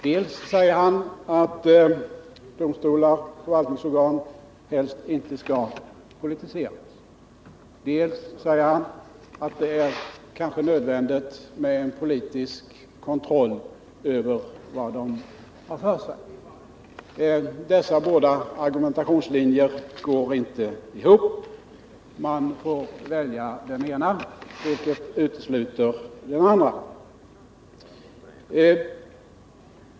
Dels säger han att domstolar och förvaltningsorgan helst inte skall politiseras, dels säger han att det kanske är nödvändigt med en politisk kontroll över vad de har för sig. Dessa båda argumentationslinjer går inte ihop. Man får välja den ena, vilket utesluter den andra.